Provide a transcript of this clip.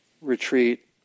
retreat